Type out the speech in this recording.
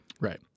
Right